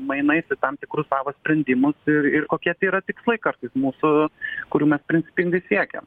mainais į tam tikrus savo sprendimus ir ir kokie tai yra tikslai kartais mūsų kurių mes principingai siekia